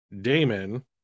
Damon